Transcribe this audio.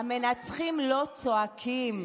המנצחים לא צועקים.